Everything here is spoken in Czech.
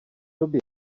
době